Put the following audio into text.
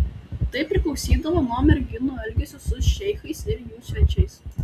tai priklausydavo nuo merginų elgesio su šeichais ir jų svečiais